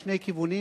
משני כיוונים,